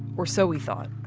or so we thought.